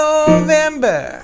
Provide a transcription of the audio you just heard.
November